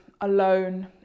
alone